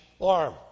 arm